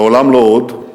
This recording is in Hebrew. לעולם לא עוד.